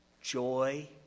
joy